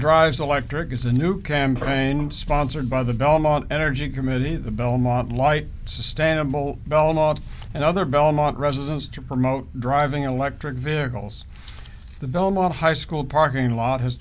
drives electric is a new campaign sponsored by the belmont energy committee the belmont lite sustainable belmont and other belmont residents to promote driving electric vehicles the belmont high school parking lot h